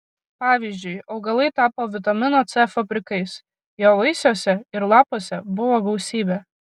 pavyzdžiui augalai tapo vitamino c fabrikais jo vaisiuose ir lapuose buvo gausybė